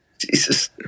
Jesus